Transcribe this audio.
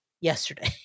yesterday